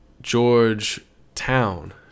georgetown